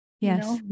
Yes